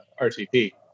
RTP